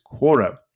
Quora